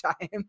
time